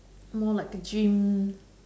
more like a gym